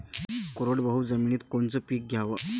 कोरडवाहू जमिनीत कोनचं पीक घ्याव?